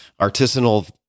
artisanal